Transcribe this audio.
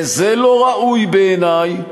וזה לא ראוי בעיני,